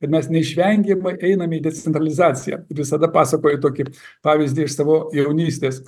kad mes neišvengiamai einam į decentralizaciją visada pasakoju tokį pavyzdį iš savo jaunystės